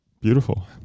Beautiful